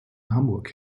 hamburg